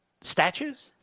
statues